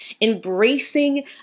embracing